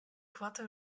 koarte